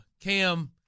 Cam